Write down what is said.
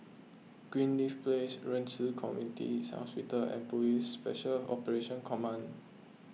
Greenleaf Place Ren Ci Community Hospital and Police Special Operations Command